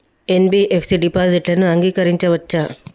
NBFC డిపాజిట్లను అంగీకరించవచ్చా?